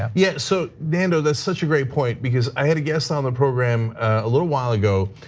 yeah yeah, so nando, that's such a great point because i had a guest on the program a little while ago.